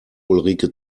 ulrike